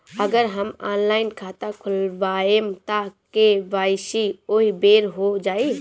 अगर हम ऑनलाइन खाता खोलबायेम त के.वाइ.सी ओहि बेर हो जाई